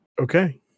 Okay